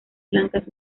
blancas